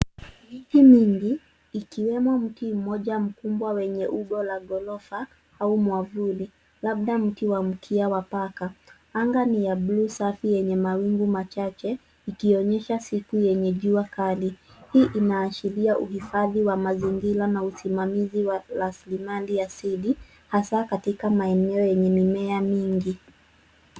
Miti mingi ikiwemo mti mmoja mkubwa wenye umbo la ghorofa au mwavuli ,labda mti wa mkia wa paka. Anga ni ya bluu safi yenye mawingu machache ikionyesha siku yenye jua kali. Hii inaashiria uhifadhi wa mazingira na usimamizi wa raslimali asili hasa katika maeneo yenye mimea mingi.